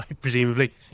presumably